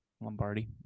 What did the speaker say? Lombardi